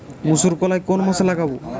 মুসুরকলাই কোন মাসে লাগাব?